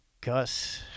Gus